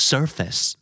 Surface